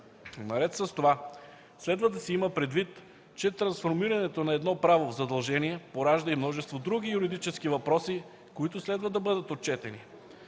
Наред с това, следва да се има предвид, че трансформирането на едно право в задължение поражда и множество други юридически въпроси, които следва да бъдат отчетени.